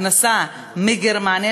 בהכנסה מגרמניה,